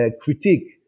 critique